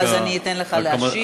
ואז אני אתן לך להשיב.